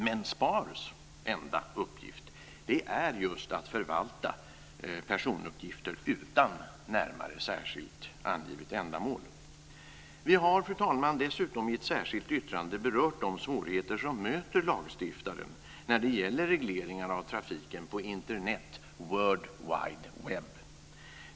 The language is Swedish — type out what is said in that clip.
Men SPAR:s enda uppgift är just att förvalta personuppgifter utan närmare särskilt angivet ändamål. Vi har, fru talman, dessutom i ett särskilt yttrande berört de svårigheter som möter lagstiftaren när det gäller regleringen av trafiken på Internet, World Wide Web.